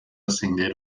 acender